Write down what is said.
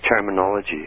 terminology